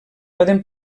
poden